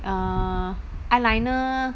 err eye liner